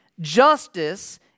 justice